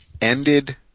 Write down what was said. ended